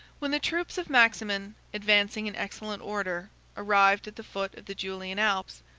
when the troops of maximin, advancing in excellent order arrived at the foot of the julian alps,